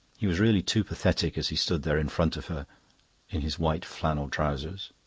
he was really too pathetic as he stood there in front of her in his white flannel trousers.